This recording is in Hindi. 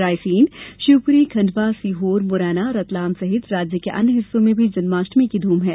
रायसेन शिवपुरी खंडवा सीहोर मुरैना रतलाम सहित राज्य के अन्य हिस्सो में भी जन्माष्टमी की ध्रम है